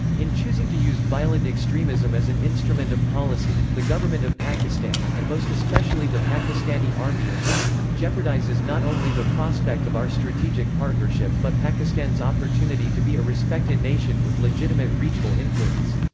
in choosing to use violent extremism as an instrument of policy, the government of pakistan, and most especially the pakistani army and isi, jeopardizes not only the prospect of our strategic partnership but pakistan's opportunity to be a respected nation with legitimate regional influence.